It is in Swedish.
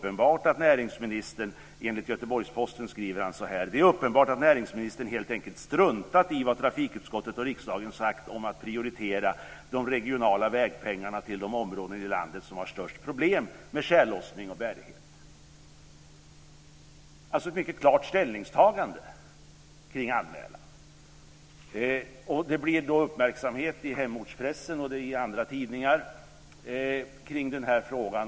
Enligt Göteborgs-Posten skriver anmälaren att det är uppenbart att näringsministern helt enkelt struntat i vad trafikutskottet och riksdagen sagt om att prioritera de regionala vägpengarna till de områden i landet som har störst problem med tjällossning och bärighet. Det är alltså ett mycket klart ställningstagande till anmälan. Det blir uppmärksamhet i hemortspressen och i andra tidningar kring frågan.